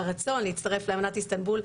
הרצון להצטרף לאמנת איסטנבול,